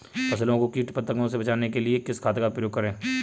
फसलों को कीट पतंगों से बचाने के लिए किस खाद का प्रयोग करें?